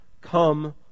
Come